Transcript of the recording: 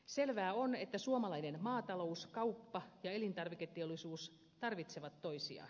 selvää on että suomalainen maatalous kauppa ja elintarviketeollisuus tarvitsevat toisiaan